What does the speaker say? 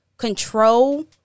control